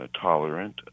Tolerant